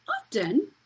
Often